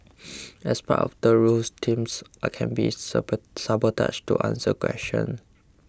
as part of the rules teams I can be sabotaged to answer questions